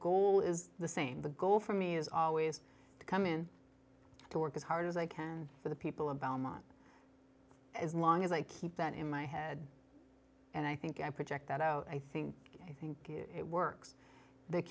goal is the same the goal for me is always to come in to work as hard as i can for the people about a month as long as i keep that in my head and i think i project that out i think i think it works the